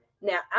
Now